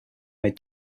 may